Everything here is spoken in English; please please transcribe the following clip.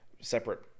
separate